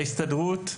ההסתדרות,